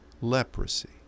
leprosy